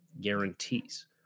guarantees